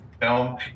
film